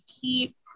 keep